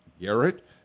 Garrett